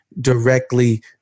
directly